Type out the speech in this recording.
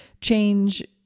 change